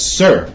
sir